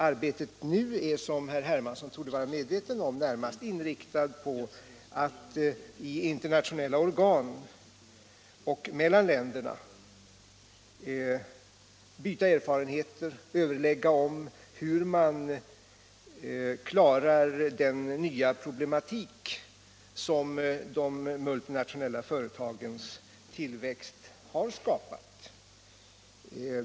Arbetet är nu, som herr Hermansson torde vara medveten om, närmast inriktat på att i internationella organ och mellan länderna byta erfarenheter samt överlägga om hur man klarar den nya problematik som de multinationella företagens tillväxt har skapat.